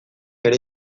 ere